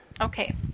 Okay